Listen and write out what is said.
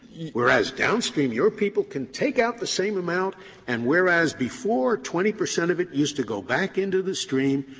whereas downstream your people can take out the same amount and whereas before twenty percent of it used to go back into the stream,